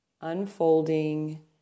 unfolding